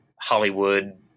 Hollywood